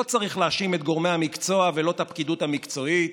לא צריך להאשים את גורמי המקצוע ולא את הפקידות המקצועית.